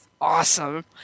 awesome